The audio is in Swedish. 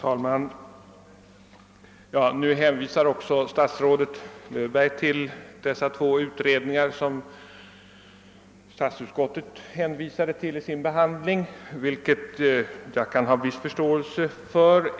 Herr talman! Nu hänvisar också statsrådet Löfberg till de två utredningar som statsutskottet åberopade vid sin behandling av frågan.